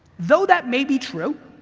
though that may be true,